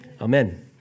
Amen